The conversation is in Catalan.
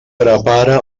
prepara